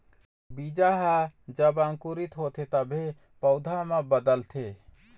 बीजा ह जब अंकुरित होथे तभे पउधा म बदलथे